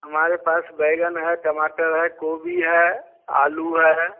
हमारे पास बैंगन है टमाटर है गोभी है आलू है